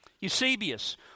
Eusebius